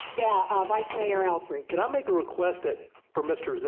yeah ah vice mayor alfrey can i make request that for mr.